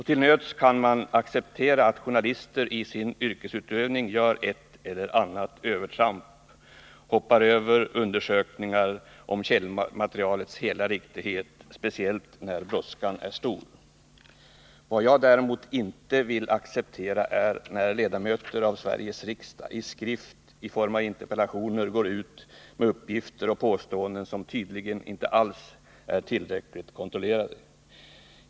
Till nöds kan man acceptera att journalister i sin yrkesutövning — speciellt när brådskan är stor — gör ett eller annat övertramp och hoppar över undersökningar av källmaterialets riktighet. Vad jag däremot inte kan acceptera är att ledamöter av Sveriges riksdag i skrift, i form av interpellationer, går ut med uppgifter och påståenden som tydligen inte alls är tillräckligt kontrollerade.